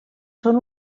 són